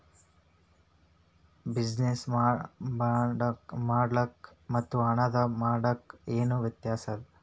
Business ಬಾಂಡ್ಗಳ್ ಮತ್ತು ಹಣದ ಬಾಂಡ್ಗ ಏನ್ ವ್ಯತಾಸದ?